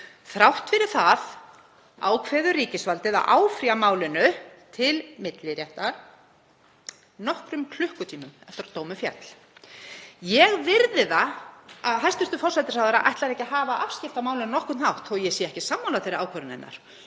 Þrátt fyrir það ákveður ríkisvaldið að áfrýja málinu til milliréttar nokkrum klukkutímum eftir að dómur féll. Ég virði það að hæstv. forsætisráðherra ætlar ekki að hafa afskipti af málinu á nokkurn hátt, þó að ég sé ekki sammála þeirri ákvörðun hennar,